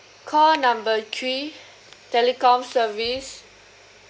call number three telecomm service